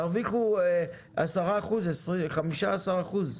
תרוויחו 10% ו-15%,